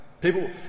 People